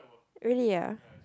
really ah